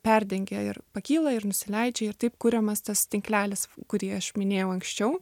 perdengia ir pakyla ir nusileidžia ir taip kuriamas tas tinklelis kurį aš minėjau anksčiau